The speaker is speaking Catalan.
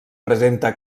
presenta